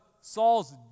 Saul's